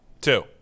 Two